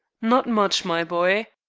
not much, my boy!